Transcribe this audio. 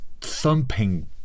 thumping